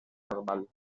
normal